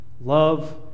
Love